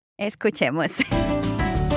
Escuchemos